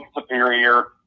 Superior